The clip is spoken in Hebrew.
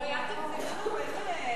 אוי, אל תגזים.